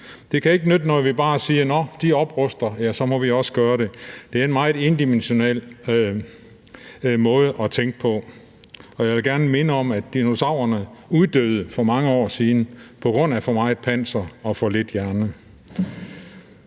Det kan ikke nytte noget, at vi bare siger: Nå, de opruster, og så må vi også gøre det. Det er en meget endimensionel måde at tænke på. Jeg vil gerne minde om, at dinosaurerne uddøde for mange år siden på grund af for meget panser og for lidt hjerne.